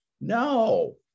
No